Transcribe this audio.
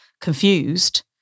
confused